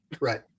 Right